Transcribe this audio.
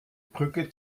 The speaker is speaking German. brücke